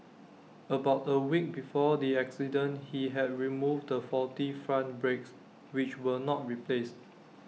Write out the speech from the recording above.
about A week before the accident he had removed the faulty front brakes which were not replaced